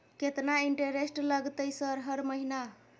केतना इंटेरेस्ट लगतै सर हर महीना?